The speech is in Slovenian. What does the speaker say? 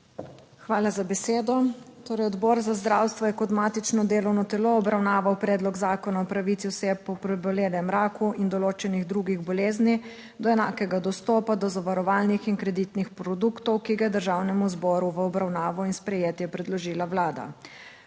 Hvala za besedo. Torej Odbor za zdravstvo je kot matično delovno telo obravnaval predlog zakona o pravici oseb po prebolelem raku in določenih drugih bolezni do enakega dostopa do zavarovalnih in kreditnih produktov, ki ga je Državnemu zboru v obravnavo in sprejetje predložila Vlada.